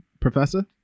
Professor